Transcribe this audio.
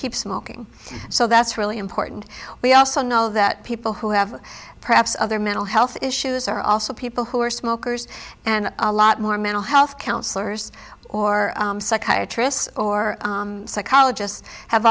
keep smoking so that's really important we also know that people who have perhaps other mental health issues are also people who are smokers and a lot more mental health counselors or psychiatrists or psychologists have